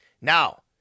Now